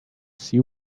see